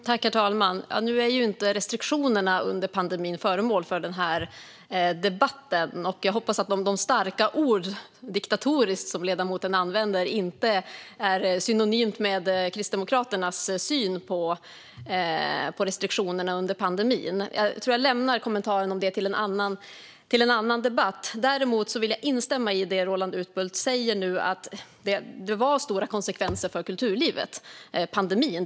Herr talman! Nu är ju inte restriktionerna under pandemin föremål för den här debatten. Jag hoppas dock att de starka ord som "diktatoriskt" som ledamoten använder inte är synonyma med Kristdemokraternas syn på restriktionerna under pandemin. Jag tror att jag lämnar kommentarerna om det till en annan debatt. Däremot vill jag instämma i det Roland Utbult nu säger: Det blev stora konsekvenser för kulturlivet av pandemin.